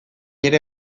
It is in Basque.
ere